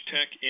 Tech